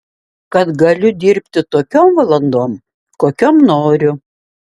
kad galiu dirbti tokiom valandom kokiom noriu